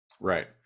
right